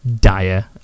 dire